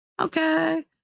Okay